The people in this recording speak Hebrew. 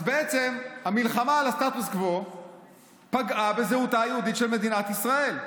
אז בעצם המלחמה על הסטטוס קוו פגעה בזהותה היהודית של מדינת ישראל.